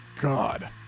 God